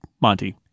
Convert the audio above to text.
Monty